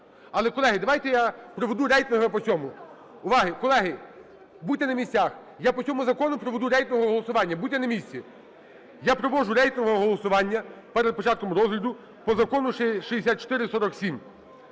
Але, колеги, давайте я проведу рейтингове по цьому. Увага! Колеги, будьте на місця. Я по цьому закону проведу рейтингове голосування, будьте на місці. Я провожу рейтингове голосування перед початком розгляду по Закону 6447